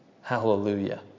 Hallelujah